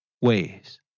ways